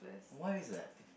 why is that